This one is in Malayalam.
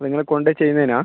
നിങ്ങള് കൊണ്ട് ചെയ്യുന്നതിനോ